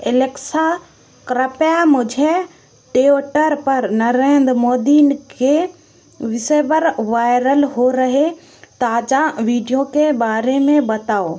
Alexa कृपया मुझे Twitter पर नरेंद्र मोदी के विषय पर वायरल हो रहे ताज़ा वीडियो के बारे में बताओ